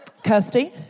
Kirsty